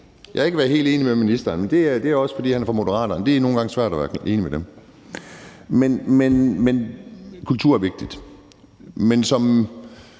Jeg har ikke været helt enig med ministeren, men det er også, fordi han er fra Moderaterne. Det er nogle gange svært at være enig med dem. Kultur er vigtigt. Men som